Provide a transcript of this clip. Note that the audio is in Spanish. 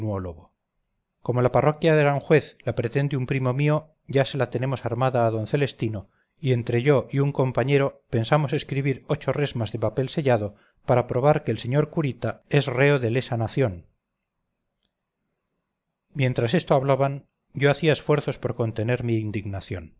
continuó lobo como la parroquia de aranjuez la pretende un primo mío ya se la tenemos armada a d celestino y entre yo y un compañero pensamos escribir ocho resmas de papel sellado para probar que el señor curita es reo de lesa nación mientras esto hablaban yo hacía esfuerzos por contener mi indignación